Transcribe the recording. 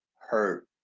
hurt